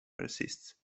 persists